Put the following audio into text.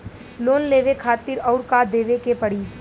Loan लेवे खातिर अउर का देवे के पड़ी?